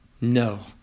no